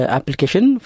Application